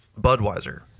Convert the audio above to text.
Budweiser